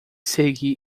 seguir